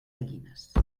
gallines